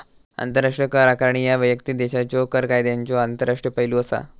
आंतरराष्ट्रीय कर आकारणी ह्या वैयक्तिक देशाच्यो कर कायद्यांचो आंतरराष्ट्रीय पैलू असा